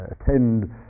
attend